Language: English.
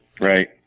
Right